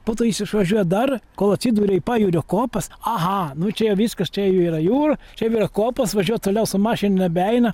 po to jis išvažiuoja dar kol atsiduria į pajūrio kopas aha nu čia jau viskas čia jau yra jūra čia per kopas važiuot toliau su mašina nebeina